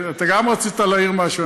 אתה גם רצית להעיר משהו,